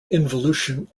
involution